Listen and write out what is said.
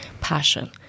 passion